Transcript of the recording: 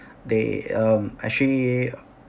they um actually